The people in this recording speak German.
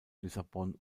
lissabon